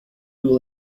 will